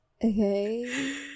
Okay